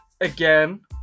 Again